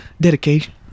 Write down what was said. dedication